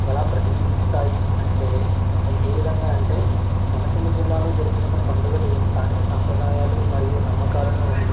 ఎలా ప్రతిబింబిస్తాయి అంటే అది ఏ విధంగా అంటే కోనసీమ జిల్లాలో జరుపుకునే పండుగలు స్థానిక సాంప్రదాయాలు మరియు నమ్మకాలను